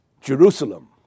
Jerusalem